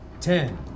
Ten